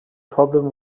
problem